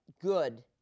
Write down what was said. good